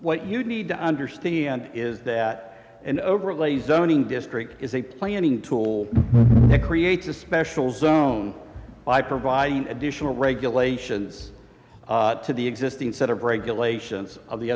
what you need to understand is that an overlay zoning district is a planning tool to create a special zone by providing additional regulation to the existing set of regulations of the